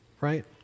right